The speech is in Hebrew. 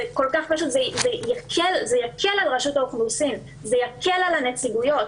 זה כל כך פשוט וזה יקל על רשות האוכלוסין ועל הנציגויות.